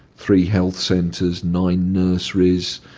three health centres, nine nurseries,